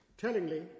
Tellingly